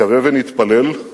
נקווה ונתפלל,